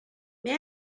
may